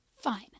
fine